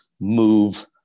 move